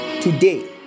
today